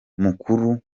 mukuru